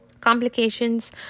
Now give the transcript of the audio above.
Complications